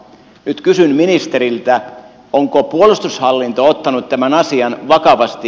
nyt kysyn ministeriltä onko puolustushallinto ottanut tämän asian vakavasti